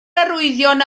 arwyddion